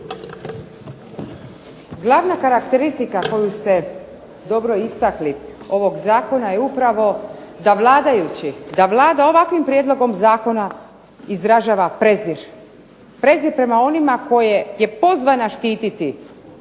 Glavna karakteristika koju ste dobro istakli ovog zakona je upravo da vladajući, da Vlada ovakvim prijedlogom zakona izražava prezir, prezir prema onima koje je pozvana štititi.